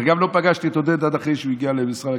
וגם לא פגשתי את עודד עד אחרי שהוא הגיע למשרד הקליטה.